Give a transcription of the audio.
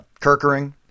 Kirkering